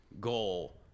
goal